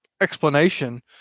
explanation